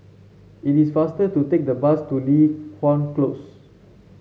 it is faster to take the bus to Li Hwan Close